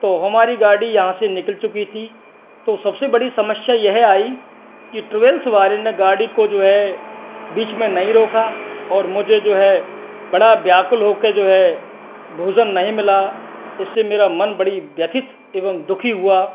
तो हमारी गाड़ी यहाँ से निकल चुकी थी तो सबसे बड़ी समस्या यह आई कि ट्रैवल सवारी ने गाड़ी को जो है बीच में नहीं रोका और मुझे जो है बड़ा व्याकुल हो के जो है भोजन नहीं मिला इससे मेरा मन बड़ी व्यथित एवं दुखी हुआ